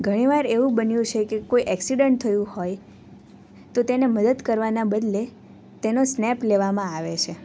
ઘણીવાર એવું બન્યું છે કે કોઈ એક્સિડન્ટ થયું હોય તો તેને મદદ કરવાના બદલે તેનો સ્નેપ લેવામાં આવે છે